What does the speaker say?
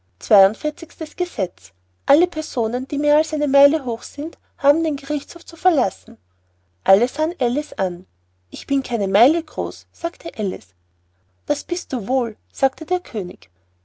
zweiundvierzigstes gesetz alle personen die mehr als eine meile hoch sind haben den gerichtshof zu verlassen alle sahen alice an ich bin keine meile groß sagte alice das bist du wohl sagte der könig